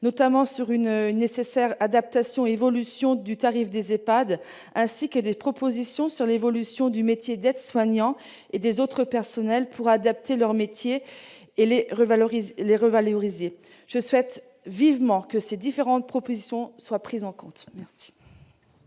notamment sur une nécessaire adaptation et évolution du tarif des EHPAD, ainsi que sur l'évolution du métier d'aide-soignant et des autres personnels pour adapter ces métiers et les revaloriser. Je souhaite vivement que ces différentes propositions soient prises en compte. La